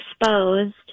exposed